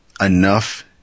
enough